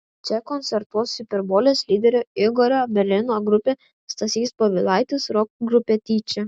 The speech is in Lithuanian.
čia koncertuos hiperbolės lyderio igorio berino grupė stasys povilaitis roko grupė tyčia